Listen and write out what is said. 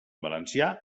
valencià